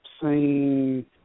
seen